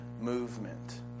movement